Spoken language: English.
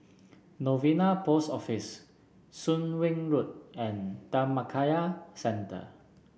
Novena Post Office Soon Wing Road and Dhammakaya Centre